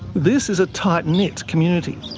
this is a tight-knit community,